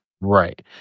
Right